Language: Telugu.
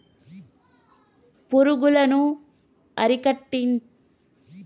పురుగులను అరికట్టుటకు ఆకర్షణ రిబ్బన్డ్స్ను, ఆకర్షణ డబ్బాలు, పురుగుల మందులు వాడుతాండు పుల్లయ్య